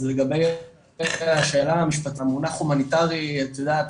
אז לגבי איך המונח הומניטרי - את יודעת